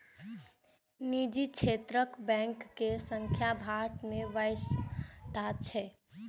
निजी क्षेत्रक बैंक के संख्या भारत मे बाइस टा छै